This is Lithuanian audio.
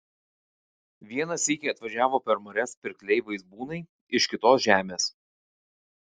vieną sykį atvažiavo per marias pirkliai vaizbūnai iš kitos žemės